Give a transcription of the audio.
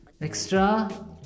extra